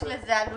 יש לזה עלויות.